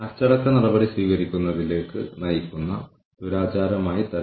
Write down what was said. പക്ഷേ ഉത്തരവാദിത്തത്തിന്റെയോ ചുമതലയുടെയോ നിലവാരം നഷ്ടപ്പെട്ടതായി തോന്നുന്നു